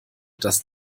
dass